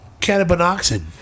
cannabinoxin